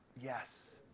yes